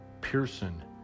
pearson